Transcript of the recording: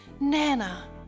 Nana